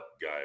guy